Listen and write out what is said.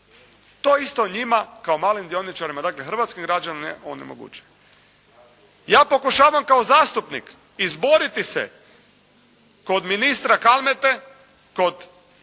To isto njima kao malim dioničarima, dakle, hrvatskim građanima onemogućuje. Ja pokušavam kao zastupnik izboriti se kod ministra Kalmete, kod